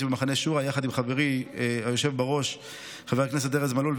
שבמחנה שורה יחד עם חברי היושב בראש חבר הכנסת ארז מלול,